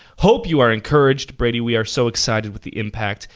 hope you are encouraged. brady, we are so excited with the impact.